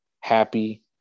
happy